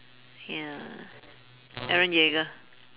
ya eren-yeager